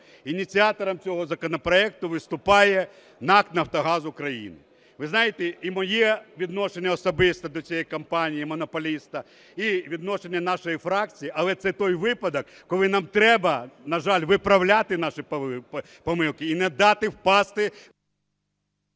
Ініціатором цього законопроекту виступає НАК "Нафтогаз України". Ви знаєте і моє відношення особисте до цієї компанії-монополіста, і відношення нашої фракції, але це той випадок, коли нам треба, на жаль, виправляти наші помилки і не дати впасти…